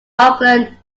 oakland